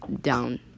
down